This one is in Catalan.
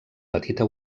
petita